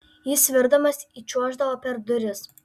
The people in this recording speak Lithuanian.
jis svirdamas įčiuoždavo per duris